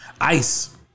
Ice